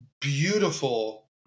beautiful